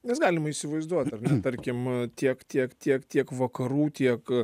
mes galim įsivaizduoti tarkim tiek tiek tiek tiek vakarų tiek